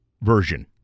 version